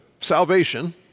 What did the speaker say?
salvation